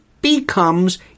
becomes